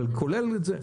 כולל זה.